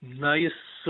na jis